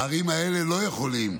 והערים האלה לא יכולות,